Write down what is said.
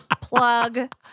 Plug